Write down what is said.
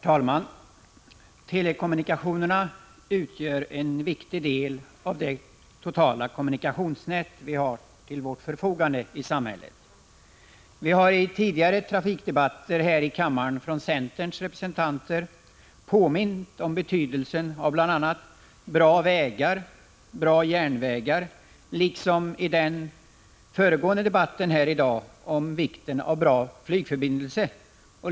Herr talman! Telekommunikationerna utgör en viktig del av det totala kommunikationsnät vi har till vårt förfogande i samhället. Centerns representanter har i tidigare trafikdebatter här i kammaren påmint om betydelsen av bl.a. bra vägar och bra järnvägar, liksom i den föregående debatten här i dag om vikten av bra flygförbindelser.